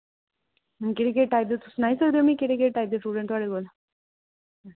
केह्ड़े केह्ड़े टाइप दे तुस सनाई सकदे ओ मि केह्ड़े केह्ड़े टाइप दे फ्रूट न थुआढ़े कोल